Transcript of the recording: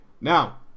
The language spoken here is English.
Now